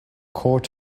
court